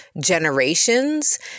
generations